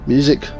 Music